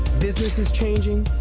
business is changing.